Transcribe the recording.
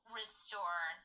restore